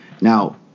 Now